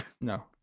No